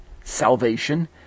salvation